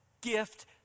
gift